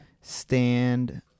stand